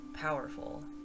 powerful